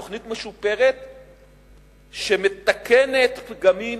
תוכנית משופרת שמתקנת פגמים